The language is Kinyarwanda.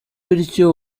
bityo